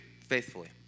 faithfully